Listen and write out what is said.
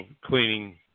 cleaning